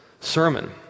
sermon